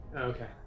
Okay